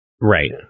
Right